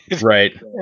Right